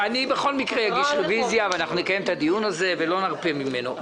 בכל מקרה אגיש רוויזיה ואנחנו נקיים את הדיון הזה ולא נרפה ממנו.